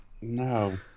No